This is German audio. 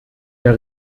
der